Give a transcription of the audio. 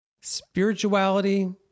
Spirituality